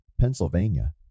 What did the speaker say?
Pennsylvania